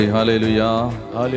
Hallelujah